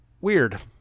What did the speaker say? Weird